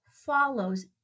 follows